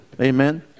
Amen